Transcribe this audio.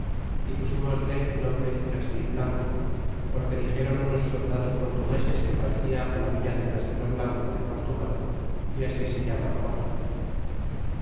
y pusímosie nombre castilblanco porque dixéron unos soldados portugueses que parecia la villa de casteloblanco de portugal y así se llama ahora